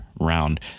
round